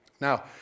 Now